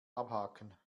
abhaken